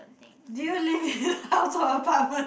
thing